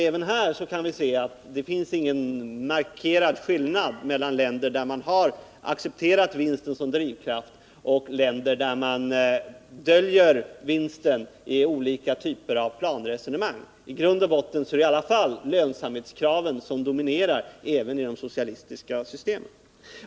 Även här kan vi se att det inte finns någon markerad skillnad mellan länder där man har accepterat vinsten som drivkraft och länder där man döljer vinsten i olika typer av planresonemang. I grund och botten är det i alla fall lönsamhetskraven som dominerar även i de socialistiska systemen.